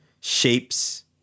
shapes